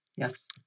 Yes